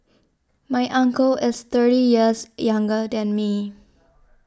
my uncle is thirty years younger than me